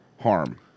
harm